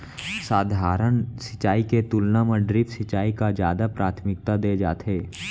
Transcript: सधारन सिंचाई के तुलना मा ड्रिप सिंचाई का जादा प्राथमिकता दे जाथे